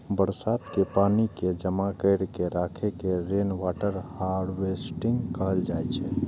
बरसात के पानि कें जमा कैर के राखै के रेनवाटर हार्वेस्टिंग कहल जाइ छै